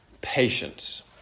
patience